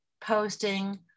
posting